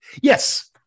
Yes